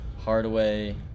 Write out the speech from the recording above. Hardaway